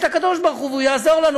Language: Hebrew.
יש הקדוש-ברוך-הוא, והוא יעזור לנו.